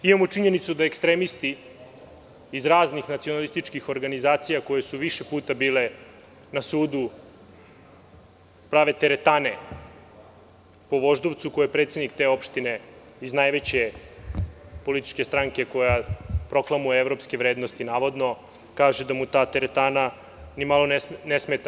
Imamo činjenicu da ekstremisti iz raznih nacionalističkih organizacija, koje su više puta bile na sudu, prave teretane po Voždovcu, koje predsednik te opštine iz najveće političke stranke koja proklamuje evropske vrednosti, navodno, kaže da mu ta teretana ni malo ne smeta.